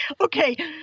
Okay